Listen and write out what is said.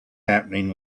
happening